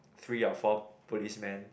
three or four policemen